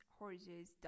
horses